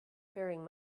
faring